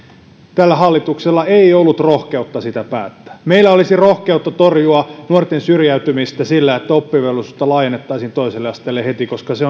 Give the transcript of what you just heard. tällä hallituksella ei ollut rohkeutta siitä päättää meillä olisi rohkeutta torjua nuorten syrjäytymistä sillä että oppivelvollisuutta laajennettaisiin toiselle asteelle heti koska se